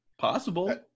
Possible